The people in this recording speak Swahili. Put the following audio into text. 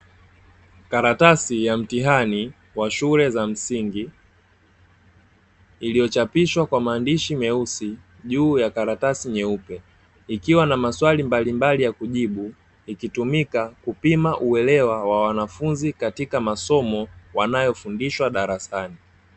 Karatadi ya mtihani wa shule za msingi, iliyochapishwa kwa maandishi meusi juu ya karatadi nyeupe, ikiwa na maswali mbalimbali ya kujibu, ikitumika kupima uelewa wa wanafunzi katika masomo wanayofundishwa darasani.